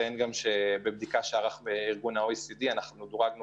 בבדיקה שערך ארגון ה-OECD אנחנו דורגנו